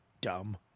dumb